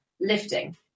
lifting